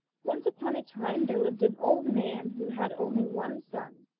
once upon a time there lived an old man who had only one son,